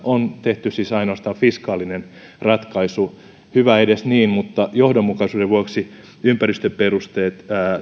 on tehty siis ainoastaan fiskaalinen ratkaisu hyvä edes niin mutta johdonmukaisuuden vuoksi ympäristöperusteet